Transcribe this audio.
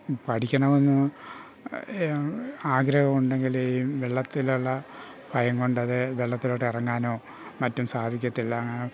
പഠിക്കണമെന്ന് ആഗ്രഹമുണ്ടെങ്കിലും ഈ വെള്ളത്തിലുള്ള ഭയം കൊണ്ട് അത് വെള്ളത്തിലോട്ട് ഇറങ്ങാനോ മറ്റും സാധിക്കത്തില്ല